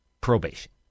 probation